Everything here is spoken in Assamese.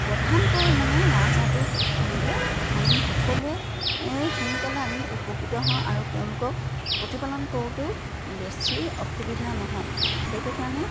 প্ৰধানকৈ মানে ৰাজহাঁহটো পুহিলে আমি সকলোৱে সোনকালে আমি উপকৃত হওঁ আৰু তেওঁলোকক প্ৰতিপালন কৰোঁতেও বেছি অসুবিধা নহয় সেইটো কাৰণে